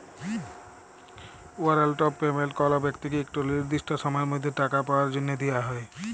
warrant of payment কল ব্যক্তিকে ইকট লিরদিসট সময়ের মধ্যে টাকা পাউয়ার জ্যনহে দিয়া হ্যয়